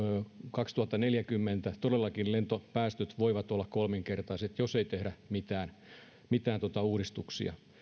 kaksituhattaneljäkymmentä todellakin lentopäästöt voivat olla kolminkertaiset jos ei tehdä mitään mitään uudistuksia